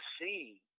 see